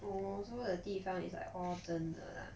orh so the 地方 is like all 真的 lah